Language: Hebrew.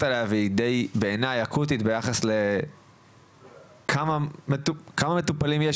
אליה והיא דיי אקוטית בעיניי ביחס לכמה מטופלים יש?